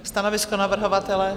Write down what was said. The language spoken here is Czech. Stanovisko navrhovatele?